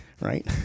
right